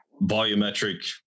volumetric